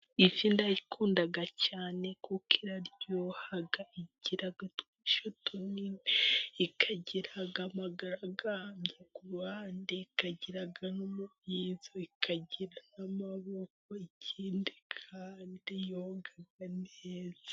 Ifi ndayikunda cyane kuko iraryoha igira utwisho tunini, ikagira amagaragamba, kuruhande igira um... ikagira n' amaboko ikindi yoga neza.